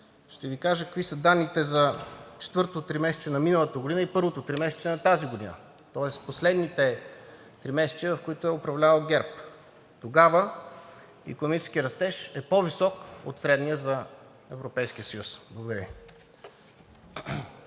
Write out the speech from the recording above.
ще Ви кажа какви са данните за четвъртото тримесечие на миналата година и първото тримесечие на тази година, тоест последните тримесечия, в които е управлявал ГЕРБ. Тогава икономическият растеж е по-висок от средния за Европейския съюз. Благодаря.